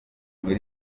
muri